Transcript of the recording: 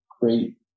great